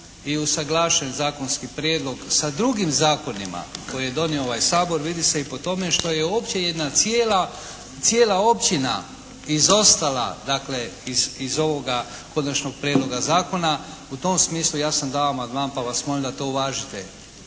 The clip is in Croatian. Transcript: i usuglašen zakonski prijedlog sa drugim zakonima koje je donio ovaj Sabor vidi se i po tome što je uopće jedna cijela općina izostala dakle iz ovoga Konačnog prijedloga zakona. U tom smislu ja sam dao amandman pa vas molim da to uvažite.